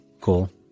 cool